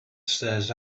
stares